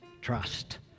trust